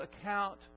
account